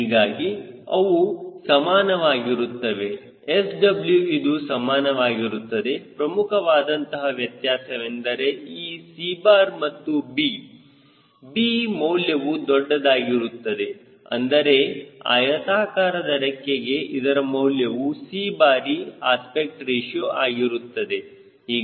ಹೀಗಾಗಿ ಅವು ಸಮಾನವಾಗಿರುತ್ತವೆ SW ಇದು ಸಮಾನವಾಗಿರುತ್ತದೆ ಪ್ರಮುಖವಾದಂತಹ ವ್ಯತ್ಯಾಸವೆಂದರೆ ಈ 𝑐̅ ಮತ್ತು b b ಮೌಲ್ಯವು ದೊಡ್ಡದಾಗಿರುತ್ತದೆ ಅಂದರೆ ಆಯತಾಕಾರದ ರೆಕ್ಕೆಗೆ ಇದರ ಮೌಲ್ಯವು c ಬಾರಿ ಅಸ್ಪೆಕ್ಟ್ ರೇಶಿಯೋ ಆಗಿರುತ್ತದೆ